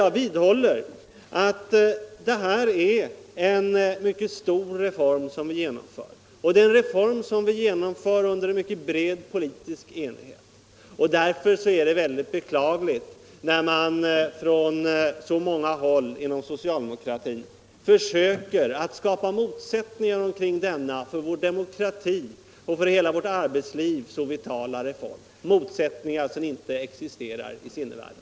Jag vidhåller att det är en mycket stor reform som vi nu genomför och att den beslutas i en mycket bred politisk enighet. Därför är det mycket beklagligt att man på så många håll inom socialdemokratin försöker skapa motsättningar omkring denna för hela vår demokrati och för hela vårt arbetsliv vitala reform, motsättningar som inte existerar i sinnevärlden.